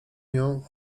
nią